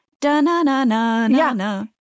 Da-na-na-na-na-na